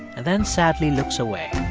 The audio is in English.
and then sadly looks away